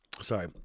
sorry